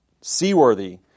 seaworthy